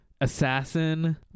assassin